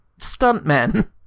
stuntmen